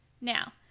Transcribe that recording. Now